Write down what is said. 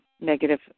negative